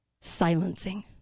silencing